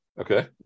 Okay